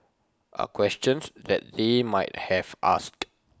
are questions that they might have asked